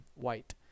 white